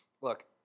Look